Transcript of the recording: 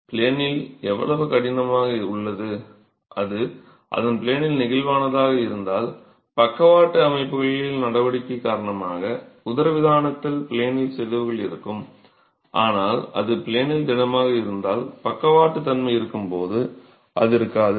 ப்ளேனில் எவ்வளவு கடினமாக உள்ளது அது அதன் ப்ளேனில் நெகிழ்வானதாக இருந்தால் பக்கவாட்டு நடவடிக்கை காரணமாக உதரவிதானத்தில் ப்ளேனில் சிதைவுகள் இருக்கும் ஆனால் அது ப்ளேனில் திடமாக இருந்தால் பக்கவாட்டு தன்மை இருக்கும்போது அது இருக்காது